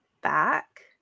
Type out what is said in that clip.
back